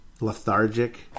lethargic